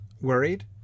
worried